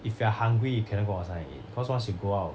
if you're hungry you cannot go outside and eat because once you go out